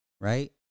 right